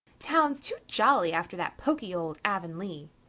town's too jolly after that poky old avonlea.